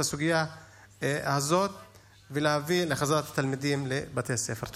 הסוגיה הזאת ולהביא לחזרת התלמידים לבתי הספר.